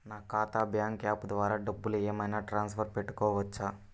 నా ఖాతా bank app ద్వారా డబ్బులు ఏమైనా ట్రాన్స్ఫర్ పెట్టుకోవచ్చా?